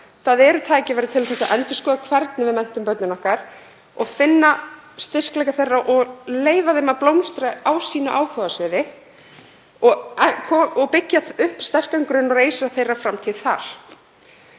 Það eru tækifæri til að endurskoða hvernig við menntum börnin okkar, og finna styrkleika þeirra og leyfa þeim að blómstra á sínu áhugasviði og byggja upp sterkan grunn og reisa framtíð þeirra